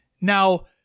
Now